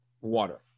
water